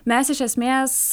mes iš esmės